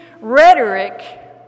rhetoric